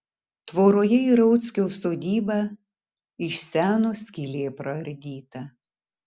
tvoroje į rauckio sodybą iš seno skylė praardyta